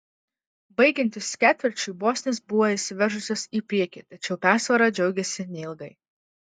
baigiantis ketvirčiui bosnės buvo išsiveržusios į priekį tačiau persvara džiaugėsi neilgai